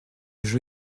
jeu